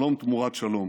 שלום תמורת שלום.